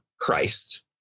Christ